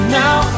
now